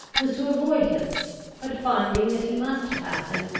was to avoid him but finding that he must pass him,